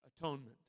Atonement